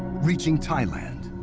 reaching thailand,